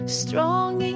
strong